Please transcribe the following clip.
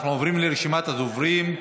אנחנו עוברים לרשימת הדוברים.